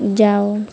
ଯାଅ